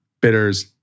bitters